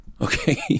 Okay